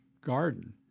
garden